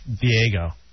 Diego